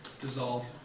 dissolve